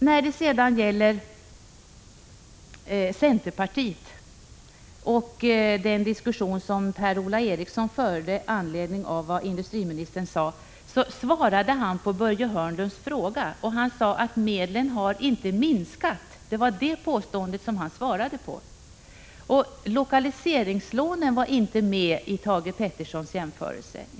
Per-Ola Eriksson diskuterade vad industriministern sagt, men det var så att industriministern svarade på Börje Hörnlunds fråga och sade att medlen inte har minskat. Lokaliseringslånen var inte med i Thage Petersons jämförelse.